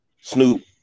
Snoop